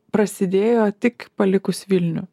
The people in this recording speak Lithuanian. prasidėjo tik palikus vilnių